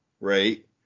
right